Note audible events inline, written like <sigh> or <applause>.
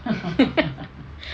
<laughs>